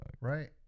Right